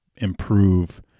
improve